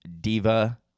diva